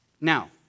Now